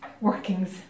workings